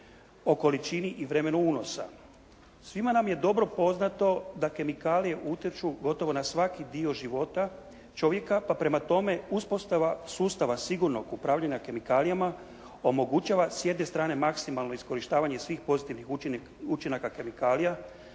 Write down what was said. o količini i vremenu unosa. Svima nam je dobro poznato da kemikalije utječu gotovo na svaki dio života čovjeka pa prema tome uspostava sustava sigurnog upravljanja kemikalijama omogućava s jedne strane maksimalno iskorištavanje svih pozitivnih učinaka kemikalija